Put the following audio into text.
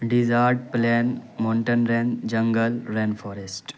desert plain mountain rain jungle rain forest